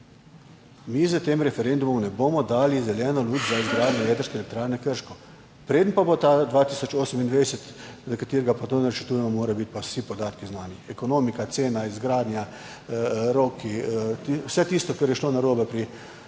mi s tem referendumom ne bomo dali zeleno luč za izgradnjo jedrske elektrarne Krško. Preden pa bo ta 2028, za katerega pa to načrtujemo, morajo biti pa vsi podatki znani, ekonomika, cena, izgradnja, roki, vse tisto, kar je šlo narobe pri